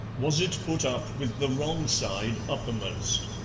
was it put up with the wrong side uppermost?